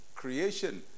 Creation